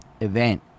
event